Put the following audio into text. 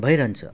भइरहन्छ